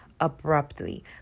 abruptly